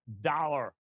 dollar